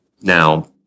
Now